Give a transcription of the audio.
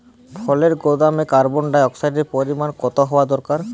ফলের গুদামে কার্বন ডাই অক্সাইডের পরিমাণ কত হওয়া দরকার?